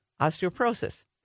osteoporosis